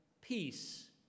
peace